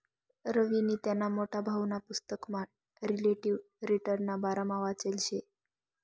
रवीनी त्याना मोठा भाऊना पुसतकमा रिलेटिव्ह रिटर्नना बारामा वाचेल शे